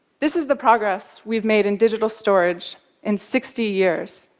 this is the progress we've made in digital storage in sixty years,